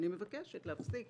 אני מבקשת להפסיק